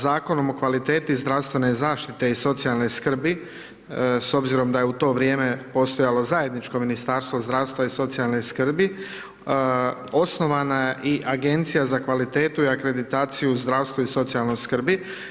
Zakonom o kvaliteti zdravstvene zaštite i socijalne skrbi s obzirom da je u to vrijeme postojalo zajedničko Ministarstvo zdravstva i socijalne skrbi, osnovana je i Agencija za kvalitetu i akreditaciju zdravstva i socijalne skrbi.